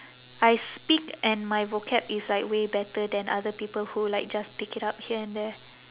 I speak and my vocab is like way better than other people who like just pick it up here and there